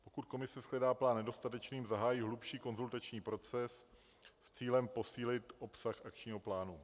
Pokud komise shledá plán nedostatečným, zahájí hlubší konzultační proces s cílem posílit obsah akčního plánu.